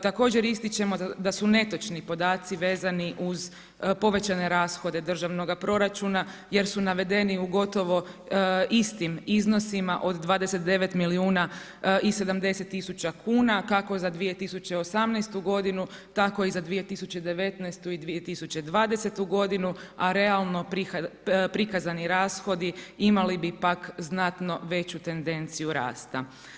Također ističemo da su netočni podaci vezani uz povećane rashode državnoga proračuna jer su navedeni u gotovo istim iznosima od 29 milijuna i 70 tisuća kuna kako za 2018. godinu tako i za 2019. i 2020. godinu a realno prikazani rashodi imali bi pak znatno veću tendenciju rasta.